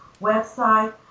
website